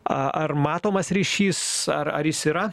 a ar matomas ryšys ar ar jis yra